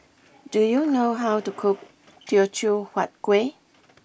do you know how to cook Teochew Huat Kueh